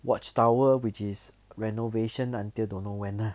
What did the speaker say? watch tower which is renovation until don't know when ah